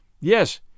Yes